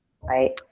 right